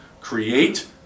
Create